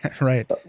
Right